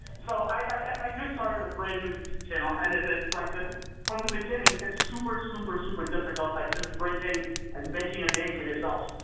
so, i just started a brand-new youtube channel, and it's like, from the beginning, it's super, super, super difficult like just breaking and making a name for yourself.